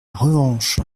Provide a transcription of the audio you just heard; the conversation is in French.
revanche